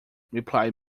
replied